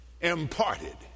imparted